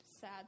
sad